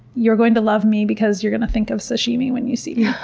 you're going to love me because you're going to think of sashimi when you see